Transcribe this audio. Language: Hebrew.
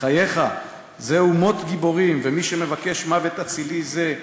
בחייך, זהו מות גיבורים, ומי שמבקש מוות אצילי זה,